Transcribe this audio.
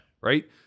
right